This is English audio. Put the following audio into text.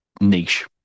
niche